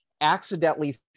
accidentally